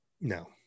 No